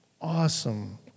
awesome